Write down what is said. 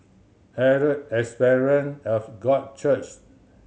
Herald Assembly of God Church